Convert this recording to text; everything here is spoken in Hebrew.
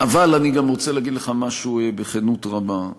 אבל אני גם רוצה להגיד לך משהו בכנות רבה.